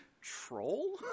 troll